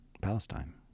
Palestine